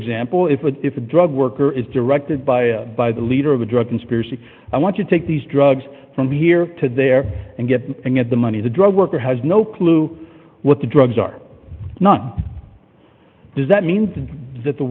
example if a if a drug worker is directed by by the leader of a drug conspiracy i want to take these drugs from here to there and get and get the money the drug worker has no clue what the drugs are not does that mean that the